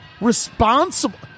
responsible